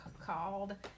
called